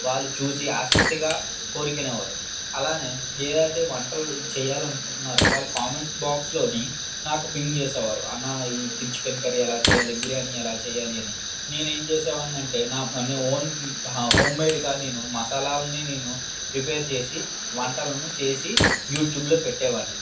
వాళ్ళు చూసి ఆసక్తిగా కోరుకునేవారు అలాగే ఏదైతే వంటలు చేయాలని అనుకుంటున్నారో వాళ్ళు కామెంట్ బాక్స్ లో నాకు పిన్ చేసే వారు అన్న ఈ చికెన్ కర్రీ ఎలా చేయాలి బిర్యానీ ఎలా చేయాలి అని నేను ఏమి చేసేవాడిని అంటే నా హోమ్ నా హోమ్మేడ్గా నేను మసాలాలను నేను ప్రిపేర్ చేసి వంటలను చేసి యూట్యూబ్లో పెట్టేవాడిని